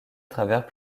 travers